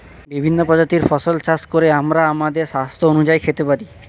বিভিন্ন প্রজাতির ফসল চাষ করে আমরা আমাদের স্বাস্থ্য অনুযায়ী খেতে পারি